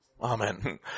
Amen